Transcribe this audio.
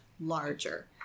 larger